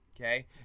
Okay